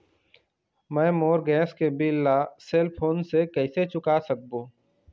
मैं मोर गैस के बिल ला सेल फोन से कइसे चुका सकबो?